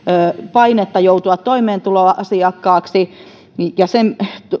painetta joutua toimeentuloasiakkaaksi ja toimeentulotuen